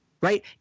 right